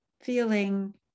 feeling